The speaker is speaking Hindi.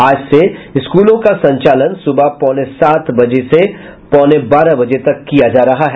आज से स्कूलों का संचालन सुबह पौने सात बजे से पौने बारह बजे तक किया जा रहा है